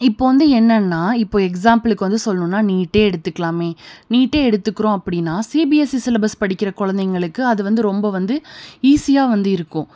இப்போது வந்து என்னன்னால் இப்போது எக்ஸாம்பிளுக்கு வந்து சொல்லணுன்னால் நீட்டே எடுத்துக்குலாம் நீட்டே எடுத்துக்கிறோம் அப்படின்னா சிபிஎஸ்இ சிலபஸ் படிக்கிற குழந்தைங்களுக்கு அது வந்து ரொம்ப வந்து ஈஸியாக வந்து இருக்கும்